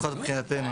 לפחות מבחינתנו.